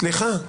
סליחה, סליחה.